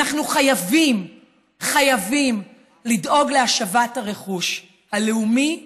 אנחנו חייבים לדאוג להשבת הרכוש הלאומי,